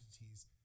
entities